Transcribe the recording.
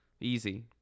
Easy